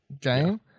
game